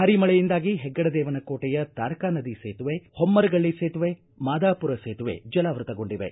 ಭಾರಿ ಮಳೆಯಿಂದಾಗಿ ಹೆಗ್ಗಡ ದೇವನ ಕೋಟೆಯ ತಾರಕಾ ನದಿ ಸೇತುವೆ ಹೊಮ್ದರಗಳ್ಳ ಸೇತುವೆ ಮಾದಾಪುರ ಸೇತುವೆ ಜಲಾವೃತಗೊಂಡಿವೆ